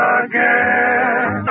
again